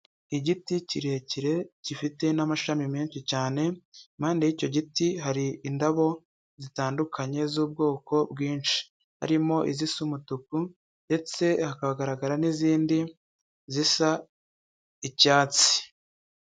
Igiti kirekire gifite n'amashami menshi cyane impande, y'icyo giti hari indabo zitandukanye z'ubwoko bwinshi harimo izisa umutuku ndetse hakagaragara n'izindi zisa icyatsi.